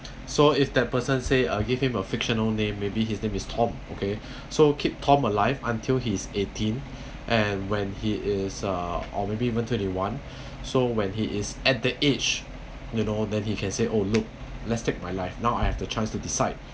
so if that person say I'll give him a fictional name maybe his name is tom okay so keep tom alive until he's eighteen and when he is uh or maybe even twenty one so when he is at the age you know then he can say oh look let's take my life now I have the chance to decide